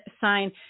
sign